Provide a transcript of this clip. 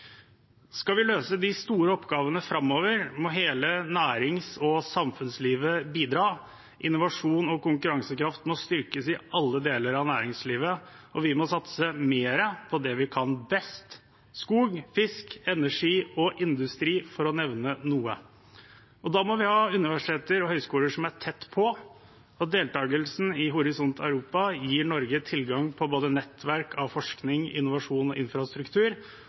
Skal vi løse de store oppgavene framover, må hele nærings- og samfunnslivet bidra. Innovasjon og konkurransekraft må styrkes i alle deler av næringslivet, og vi må satse mer på det vi kan best: skog, fisk, energi og industri, for å nevne noe. Da må vi ha universiteter og høyskoler som er tett på, og deltakelsen i Horisont Europa gir Norge tilgang på både nettverk av forskning, innovasjon og infrastruktur